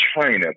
China